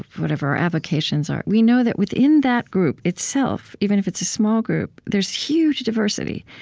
whatever our avocations are, we know that within that group itself, even if it's a small group, there's huge diversity.